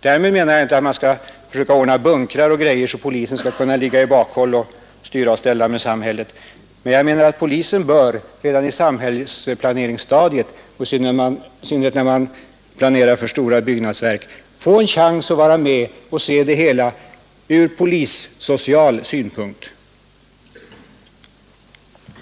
Därmed menar jag naturligtvis inte att man skall ordna bunkrar och liknande så att polisen skall kunna ligga i bakhåll och övervaka samhället. Jag menar att polisen redan på samhällsplaneringsstadiet — i synnerhet när man planerar för stora byggnadsverk — bör få en chans att vara med och rådgöra i frågan från polis-social synpunkt.